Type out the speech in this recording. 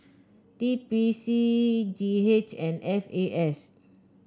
T P C G H and F A S